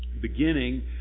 beginning